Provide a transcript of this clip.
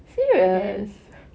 then